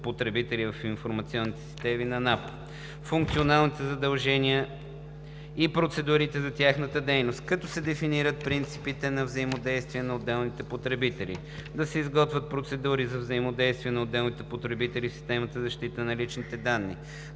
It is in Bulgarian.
потребители в информационните системи на НАП, функционалните им задължения и процедурите за тяхната дейност, като се дефинират принципите на взаимодействие на отделните потребители; да се изготвят процедури за взаимодействие на отделните потребители в системата за защита на личните данни;